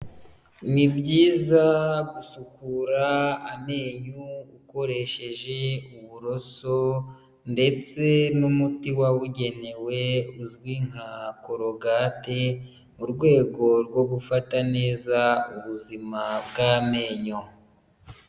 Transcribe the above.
Ni byiza gusukura amenyo ukoresheje uburoso ndetse n'umuti wabugenewe uzwi nka korogate mu rwego rwo gufata neza ubuzima bw'amenyo.